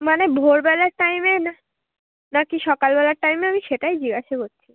মানে ভোরবেলার টাইমে না নাকি সকালবেলার টাইমে আমি সেটাই জিজ্ঞাসা করছি